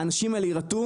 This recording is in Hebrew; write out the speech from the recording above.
האנשים האלה יירתעו.